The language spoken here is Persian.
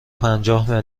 پنجاه